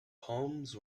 palms